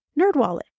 Nerdwallet